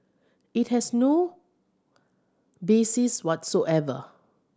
it has no basis whatsoever